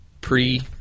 pre